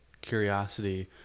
curiosity